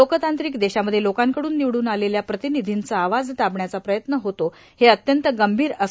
लोकतांत्रिक देशामध्ये लोकांमधून निवडून आलेल्या लोकप्रतिनिधींचा आवाज दाबण्याचा प्रयत्न होतो हे अत्यंत गंभीर आहे